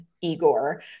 Igor